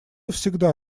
всегда